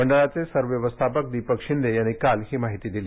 मंडळाचे सरव्यवस्थापक दीपक शिंदे यांनी काल ही माहिती दिली